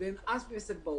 ואין אף עסק בעולם,